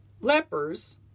lepers